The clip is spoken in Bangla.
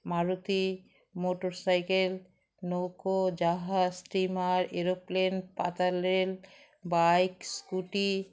মারুতি মোটর সাইকেল নৌকো জাহাজ স্টিমার এরোপ্লেন পাতাল রেল বাইক স্কুটি